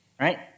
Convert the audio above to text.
right